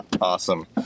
awesome